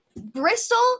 Bristol